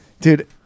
Dude